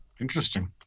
Interesting